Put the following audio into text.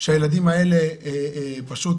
שהילדים האלה פשוט,